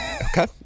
Okay